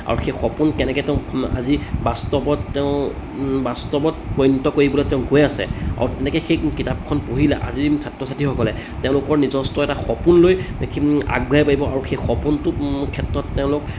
আৰু সেই সপোন কেনেকৈ তেওঁ আজি বাস্তৱত তেওঁ বাস্তৱত পৰিণীত কৰিবলৈ তেওঁ গৈ আছে আৰু তেনেকৈ সেই কিতাপখন পঢ়িলে আজিৰ ছাত্ৰ ছাত্ৰীসকলে তেওঁলোকৰ নিজস্ব এটা সপোন লৈ আগবঢ়িব পাৰিব আৰু সেই সপোনটো ক্ষেত্ৰত তেওঁলোক